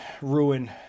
ruin